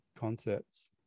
concepts